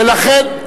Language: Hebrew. ולכן,